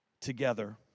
together